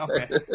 okay